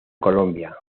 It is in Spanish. colombia